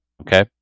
Okay